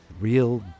real